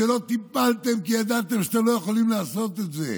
שלא טיפלתם כי ידעתם שאתם לא יכולים לעשות את זה?